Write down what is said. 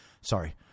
Sorry